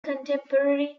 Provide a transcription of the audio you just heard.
contemporary